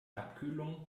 abkühlung